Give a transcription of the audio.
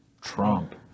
Trump